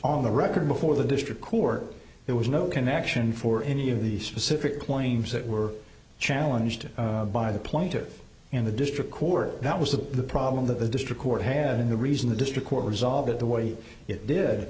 all the record before the district court there was no connection for any of the specific claims that were challenged by the plan to in the district court that was the problem that the district court had and the reason the district court resolved it the way it did